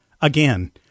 Again